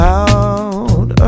out